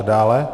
Dále.